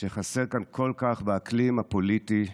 שחסר כאן כל כך באקלים הפוליטי שלנו.